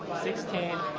sixteen,